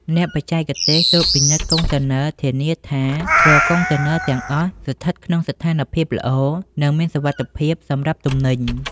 អ្នកបច្ចេកទេសត្រួតពិនិត្យកុងតឺន័រ ធានាថារាល់កុងតឺន័រទាំងអស់ស្ថិតក្នុងស្ថានភាពល្អ និងមានសុវត្ថិភាពសម្រាប់ទំនិញ។